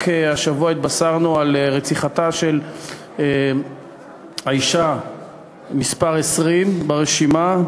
רק השבוע התבשרנו על רציחתה של האישה מס' 20 ברשימה,